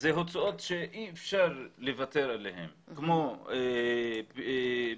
אלה הוצאות שאי אפשר לוותר עליהן כמו, בעיקר,